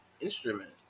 instrument